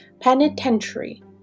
Penitentiary